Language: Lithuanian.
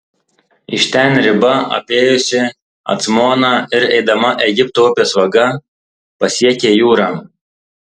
iš ten riba apėjusi acmoną ir eidama egipto upės vaga pasiekia jūrą